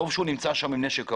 טוב שהוא שם עם נשק ארוך.